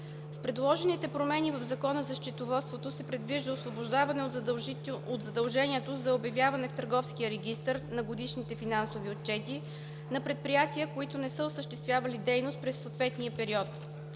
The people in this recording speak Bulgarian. С предложените промени в Закона за счетоводството се предвижда освобождаване от задължението за обявяване в Търговския регистър на годишните финансови отчети на предприятия, които не са осъществявали дейност през съответния период.